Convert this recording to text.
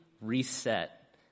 reset